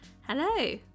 hello